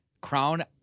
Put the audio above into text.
Crown